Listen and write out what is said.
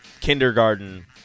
kindergarten